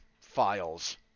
files